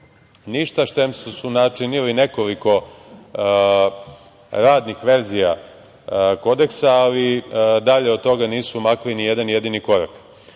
sem što su načinili nekoliko radnih verzija kodeksa, ali dalje od toga nisu makli ni jedan jedini korak. Posao